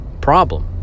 problem